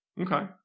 Okay